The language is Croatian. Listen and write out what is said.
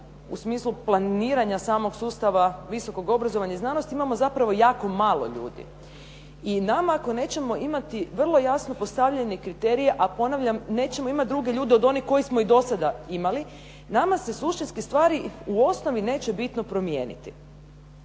u smislu planiranja samog sustava visokog obrazovanja i znanosti imamo zapravo jako malo ljudi. I nama ako nećemo imati vrlo jasno postavljene kriterije, a ponavljam nećemo imati druge ljude od onih koje smo i do sada imali nama se suštinske stvari u osnovi neće bitno promijeniti.